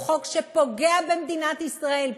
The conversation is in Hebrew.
הוא חוק שפוגע במדינת ישראל,